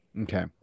Okay